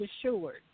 assured